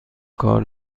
کار